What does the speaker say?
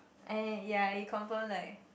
I ya you confirm like